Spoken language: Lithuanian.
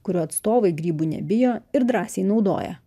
kurių atstovai grybų nebijo ir drąsiai naudoja